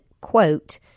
quote